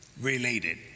Related